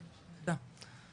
תודה.